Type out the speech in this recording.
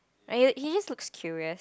he just looks curious